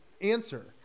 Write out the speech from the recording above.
answer